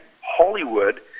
Hollywood